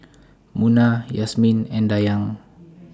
Munah Yasmin and Dayang